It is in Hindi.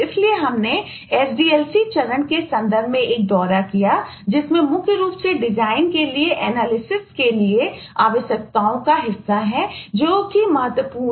इसलिए हमने sdlc चरणों के संदर्भ में एक दौरा किया जिसमें मुख्य रूप से डिजाइन चरण